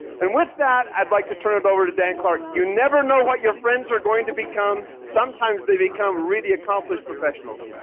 and with that, i'd like to turn it over to dan clark. you never know what your friends are going to become. sometimes, they become really accomplished professionals.